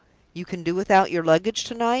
you can do without your luggage to-night?